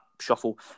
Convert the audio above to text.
shuffle